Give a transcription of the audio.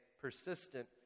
persistent